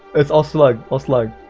it's all slug, all slug.